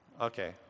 Okay